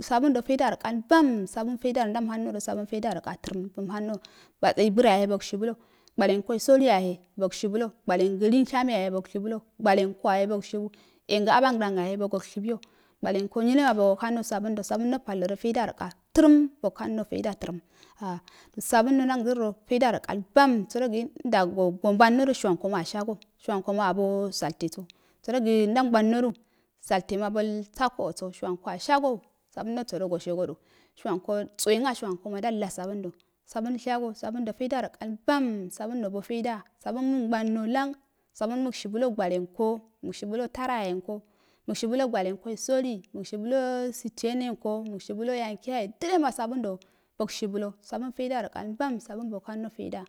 sabundo jeidoye okalmbam sabun jeidaro ndamhamdo sabun jeidaroka tərɛm ndami hando ngwatseyi gure yahe bogs hibulo gywalenko solo yahe boshibulo gwalen linshane yahe bog shubulo gwalanko sotə yahe bogshibulo gwalen abondan yahe bogo shibuyo gwalanko nynee abohando sabundo babu. n wo paldo zidarako tarem boghando jeida tərəma sabum no ndam dərdo jeidarokalbam səragi ndagombanədu shuwankoma ashago shuw amkoma abo salteso sərogi ndan mbanaru salte bolsakoso shuwan ko oshayo saburn nosodo soshea odu shuwanko mtchuwengasha wanko ma ndalwa satumm du sabun shago sabundo jadaro kalmbarn sati noso jeidda sabun mog mwornlo larn sabun məgshibuho gwwalenko mogshibulo tarahenko mugɔ hubulo gwalenko soli mushibu lo sitiyeren ko mushibwo yanke yahe dilema saburndo bogshibulo sabin haidar akai mbam babun bog hamodo jeida,